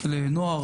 בפנימייה לנוער,